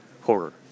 horror